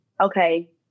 Okay